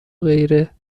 غیره